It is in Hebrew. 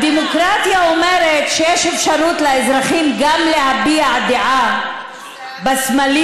הדמוקרטיה אומרת שיש אפשרות לאזרחים גם להביע דעה על הסמלים